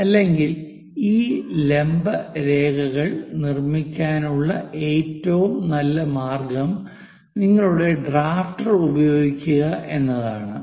അല്ലെങ്കിൽ ഈ ലംബ രേഖകൾ നിർമ്മിക്കാനുള്ള ഏറ്റവും നല്ല മാർഗ്ഗം നിങ്ങളുടെ ഡ്രാഫ്റ്റർ ഉപയോഗിക്കുക എന്നതാണ്